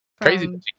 Crazy